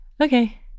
okay